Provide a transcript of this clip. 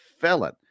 Felon